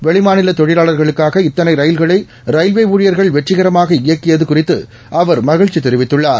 வெளிமாநில தொழிலாளர்களுக்காக இவ்வளவு ரயில்களை ரயில்வே ஊழியர்கள் வெற்றிகரமாக இயக்கியது குறித்து அவர் மகிழ்ச்சி தெரிவித்துள்ளார்